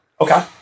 Okay